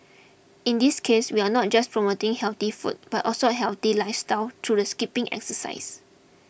in this case we are not in just promoting healthy food but also a healthy lifestyle through the skipping exercise